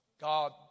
God